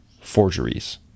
forgeries